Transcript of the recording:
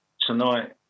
tonight